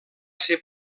ser